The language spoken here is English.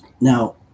now